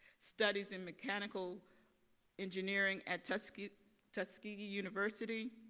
studies in mechanical engineering at tuskegee tuskegee university,